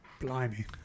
Blimey